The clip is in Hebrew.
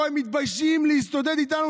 פה הם מתביישים להסתודד איתנו,